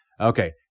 Okay